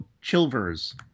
Chilvers